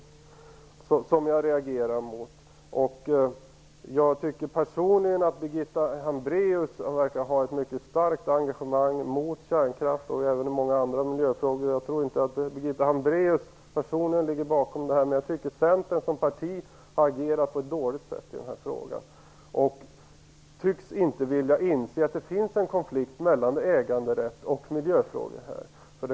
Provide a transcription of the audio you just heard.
Det är detta jag reagerar mot. Jag tycker personligen att Birgitta Hambraeus verkar ha ett mycket starkt engagemang mot kärnkraft och även i många andra miljöfrågor. Jag tror inte att Birgitta Hambraeus personligen ligger bakom detta. Men jag tycker att Centern som parti har agerat på ett dåligt sätt i denna fråga och att man inte tycks vilja inse att det finns en konflikt mellan äganderätt och miljöfrågor i detta sammanhang.